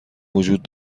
وجود